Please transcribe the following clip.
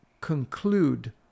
conclude